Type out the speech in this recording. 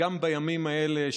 גם בימים האלה,